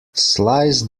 slice